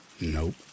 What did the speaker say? Nope